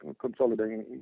consolidating